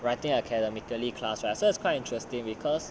writing academically class right so is quite interesting because